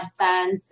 AdSense